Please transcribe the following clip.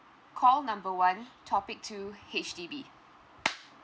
call number one topic two H_D_B